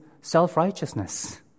self-righteousness